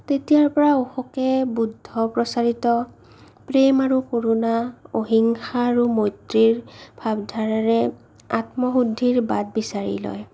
তেতিয়াৰ পৰা অশোকে বুদ্ধ প্ৰচাৰিত প্ৰেম আৰু কৰুণা অহিংসা আৰু মৈত্ৰেয়ীৰ ভাৱধাৰাৰে আত্মশুদ্ধিৰ বাট বিচাৰি লয়